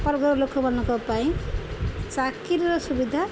ବର୍ଗର ଲୋକମାନଙ୍କ ପାଇଁ ଚାକିରିର ସୁବିଧା